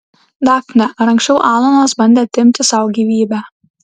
dafne ar anksčiau alanas bandė atimti sau gyvybę